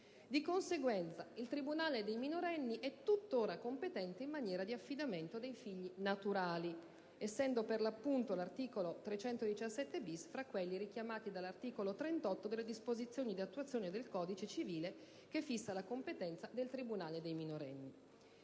Di conseguenza, il tribunale dei minorenni è tuttora competente in materia di affidamento dei figli naturali, essendo, per l'appunto, l'articolo 317-*bis* tra quelli richiamati dall'articolo 38 delle disposizioni di attuazione del codice civile che fissa la competenza del tribunale per i minorenni.